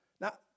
Now